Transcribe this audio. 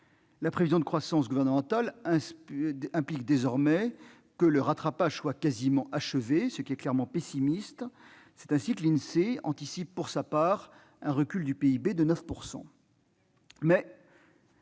prévision de croissance gouvernementale implique désormais que le rattrapage soit quasiment achevé, ce qui est clairement pessimiste. L'Insee anticipe, pour sa part, un recul de 9 % du PIB.